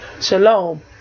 Shalom